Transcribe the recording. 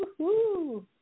Woohoo